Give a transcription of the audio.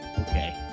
Okay